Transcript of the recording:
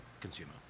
consumer